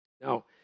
Now